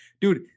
dude